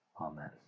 Amen